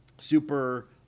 super